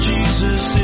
Jesus